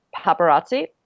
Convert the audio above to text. paparazzi